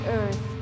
earth